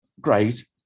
great